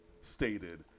stated